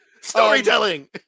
Storytelling